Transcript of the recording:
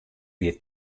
wie